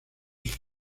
sus